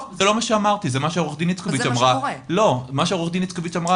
לא, זה לא מה שאמרתי, זה מה שעוה"ד איצקוביץ אמרה.